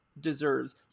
deserves